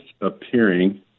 appearing